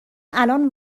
الان